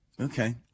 Okay